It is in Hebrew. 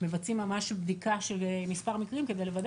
מבצעים בדיקה של מספר מקרים כדי לוודא